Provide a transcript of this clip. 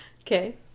Okay